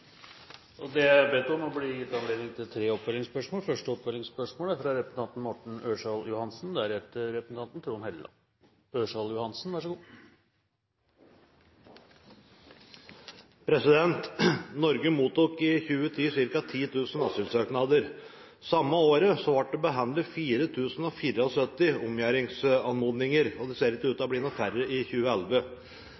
Det blir gitt anledning til tre oppfølgingsspørsmål – først representanten Morten Ørsal Johansen. Norge mottok i 2010 ca. 10 000 asylsøknader. Samme året ble det behandlet 4 074 omgjøringsanmodninger, og det ser ikke ut til